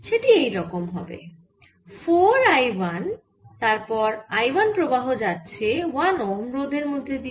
সেটি এই রকম হবে 4 I1 তারপর I1 প্রবাহ যাচ্ছে 1ওহম রোধের মধ্যে দিয়ে